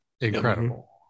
incredible